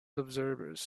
observers